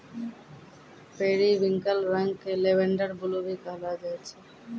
periwinkle रंग क lavender blue भी कहलो जाय छै